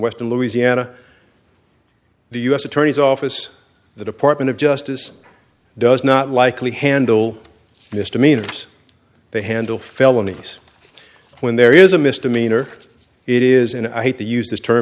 western louisiana the u s attorney's office the department of justice does not likely handle misdemeanors they handle felonies when there is a misdemeanor it is and i hate to use this term